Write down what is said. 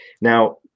Now